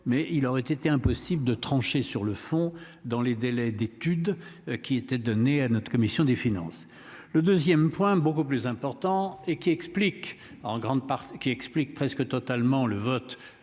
mais il aurait été impossible de trancher sur le fond dans les délais d'étude qui était donné à notre commission des finances, le 2ème point beaucoup plus important et qui explique en grande partie